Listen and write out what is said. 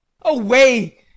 away